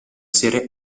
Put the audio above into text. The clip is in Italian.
serie